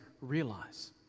realize